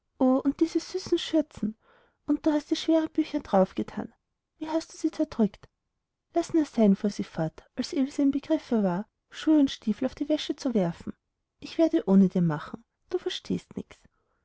und diese süße schürzen und du hast die schwere bücher daraufgethan wie hast du sie zerdrückt laß nur sein fuhr sie fort als ilse im begriffe war schuhe und stiefel auf die wäsche zu werfen ich werde ohne dir machen du verstehst nix